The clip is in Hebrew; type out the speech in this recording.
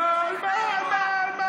נגמר לך הזמן.